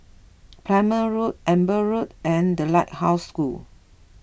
Palmer Road Amber Road and the Lighthouse School